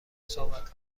صحبت